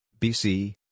BC